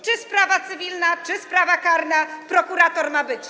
Czy sprawa cywilna, czy sprawa karna, prokurator ma być.